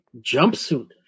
jumpsuit